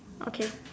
okay